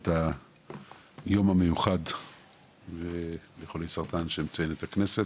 היום המיוחד לחולי סרטן שמציינת הכנסת.